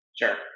Sure